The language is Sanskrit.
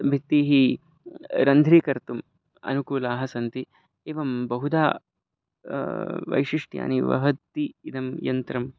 भित्तिं रन्ध्रीकर्तुम् अनुकूलाः सन्ति एवं बहुधा वैशिष्ट्यानि वहति इदं यन्त्रं